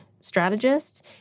strategist